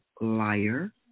liar